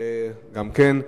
כן.